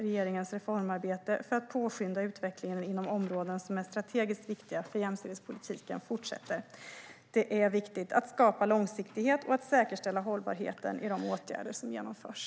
Regeringens reformarbete för att påskynda utvecklingen inom områden som är strategiskt viktiga för jämställdhetspolitiken fortsätter. Det är viktigt att skapa långsiktighet och att säkerställa hållbarheten i de åtgärder som genomförs.